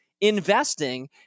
investing